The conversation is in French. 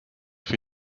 fait